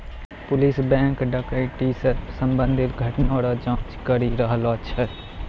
police bank डकैती से संबंधित घटना रो जांच करी रहलो छै